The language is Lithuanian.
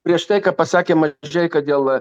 prieš tai ką pasakė mažeika dėl